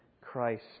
Christ